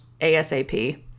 ASAP